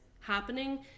happening